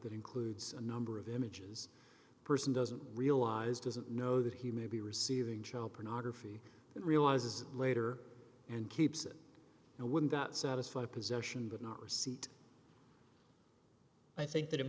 that includes a number of images person doesn't realize doesn't know that he may be receiving child pornography and realizes later and keeps it now wouldn't that satisfy possession but not receipt i think